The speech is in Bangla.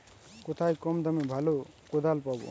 কোথায় কম দামে ভালো কোদাল পাব?